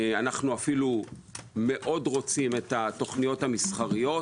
אנחנו אפילו מאוד רוצים את התכניות המסחריות